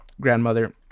grandmother